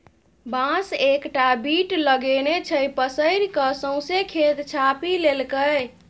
बांस एकटा बीट लगेने छै पसैर कए सौंसे खेत छापि लेलकै